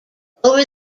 over